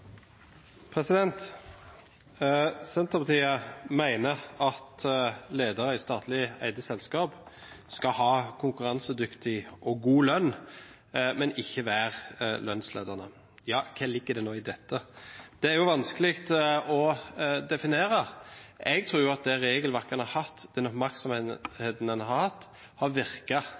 Senterpartiet mener at ledere i statlig eide selskap skal ha konkurransedyktig og god lønn, men ikke være lønnsledende. – Ja, hva ligger det nå i dette? Det er vanskelig å definere. Jeg tror at det regelverket en har hatt, og den